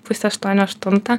pusę aštuonių aštuntą